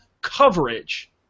coverage